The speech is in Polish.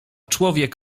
człowiek